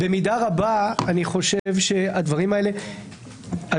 במידה רבה אני חושב שהדברים האלה נגזרים